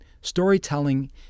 storytelling